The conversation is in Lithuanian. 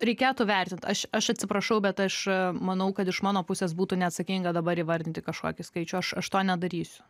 reikėtų vertint aš aš atsiprašau bet aš manau kad iš mano pusės būtų neatsakinga dabar įvardinti kažkokį skaičių aš aš to nedarysiu